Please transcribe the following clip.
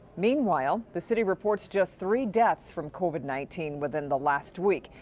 meanwhile, the city reports just three deaths from covid nineteen within the last week.